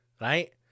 right